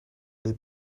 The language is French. les